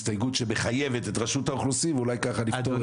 הסתייגות שמחייבת את רשות האוכלוסין ואולי ככה נפתור.